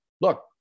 look